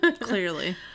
Clearly